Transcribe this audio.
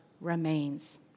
remains